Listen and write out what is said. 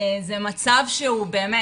זה מצב שהוא באמת,